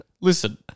Listen